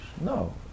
No